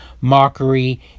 mockery